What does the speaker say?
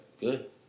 good